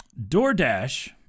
DoorDash